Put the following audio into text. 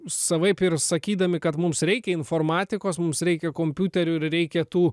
savaip ir sakydami kad mums reikia informatikos mums reikia kompiuterių ir reikia tų